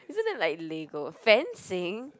isn't that like lego fencing